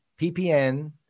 PPN